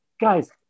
guys